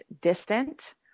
distant